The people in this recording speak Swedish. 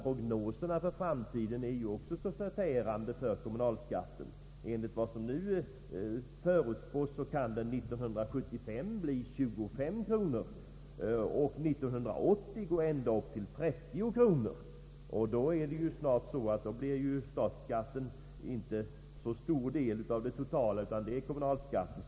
Prognoserna för framtiden beträffande kommunalskatten är också förfärande. Enligt vad som nu förutspås kan den år 1975 komma att uppgå till 25 kronor per skattekrona och 1980 till 30 kronor. Då blir kommunalskatten ännu mer betydande jämfört med statsskatten.